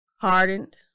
hardened